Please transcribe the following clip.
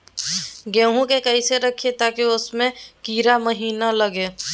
गेंहू को कैसे रखे ताकि उसमे कीड़ा महिना लगे?